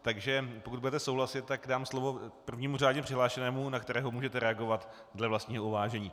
Takže pokud budete souhlasit, dám slovo prvnímu řádně přihlášenému, na kterého můžete reagovat dle vlastního uvážení.